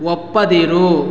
ಒಪ್ಪದಿರು